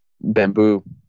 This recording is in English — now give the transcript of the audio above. bamboo